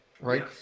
right